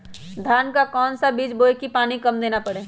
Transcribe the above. धान का कौन सा बीज बोय की पानी कम देना परे?